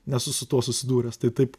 nesu su tuo susidūręs tai taip